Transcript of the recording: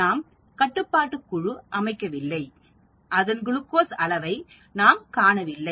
நாம் கட்டுப்பாட்டு குழு அமைக்கவில்லை அதன் குளுக்கோஸ் அளவை நாம் காணவில்லை